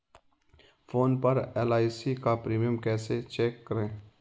Phone पर LIC का premium कैसे चेक करें?